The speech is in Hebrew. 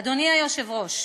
אדוני היושב-ראש,